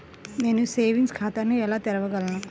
నేను సేవింగ్స్ ఖాతాను ఎలా తెరవగలను?